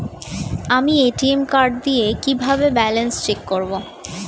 আমি ATM card দিয়ে কিভাবে ব্যালেন্স চেক করব?